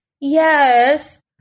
Yes